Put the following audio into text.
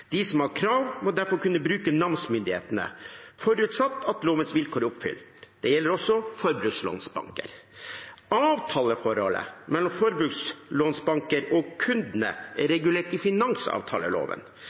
De som har krav, må derfor kunne bruke namsmyndighetene, forutsatt at lovens vilkår er oppfylt. Det gjelder også forbrukslånsbanker. Avtaleforholdet mellom forbrukslånsbanker og kundene er